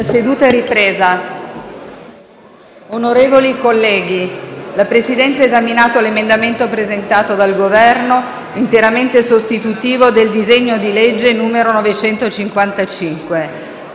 alle ore 16,06)*. Onorevoli colleghi, la Presidenza, ha esaminato l'emendamento presentato dal Governo, interamente sostitutivo del disegno di legge n. 955.